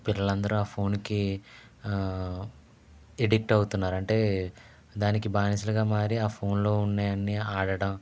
పిల్లలందరూ ఆ ఫోన్కి ఎడిక్ట్ అవుతున్నారు అంటే దానికి బానిసలుగా మారి ఆ ఫోన్లో ఉండే అన్నీ ఆడటం